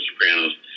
Sopranos